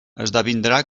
esdevindrà